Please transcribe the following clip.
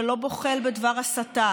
שלא בוחל בדבר הסתה